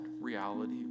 reality